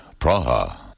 Praha